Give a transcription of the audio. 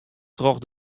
troch